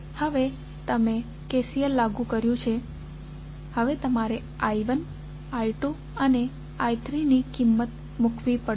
હવે તમે KCL લાગુ કર્યું છે હવે તમારે I1 I2 અને I3 ની કિંમત મૂકવી પડશે